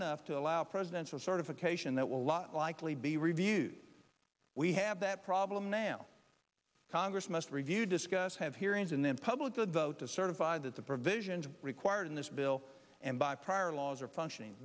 enough to allow presidential certification that will lot likely be reviewed we have that problem now congress must review discuss have hearings and then public the vote to certify that the provisions required in this bill and by prior laws are functioning